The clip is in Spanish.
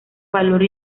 valor